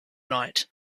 night